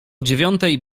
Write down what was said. dziewiątej